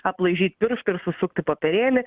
aplaižyt pirštų ir susukt į popierėlį